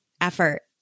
effort